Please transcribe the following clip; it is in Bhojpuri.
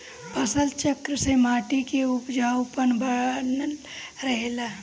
फसल चक्र से माटी में उपजाऊपन बनल रहेला